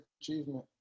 achievement